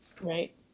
Right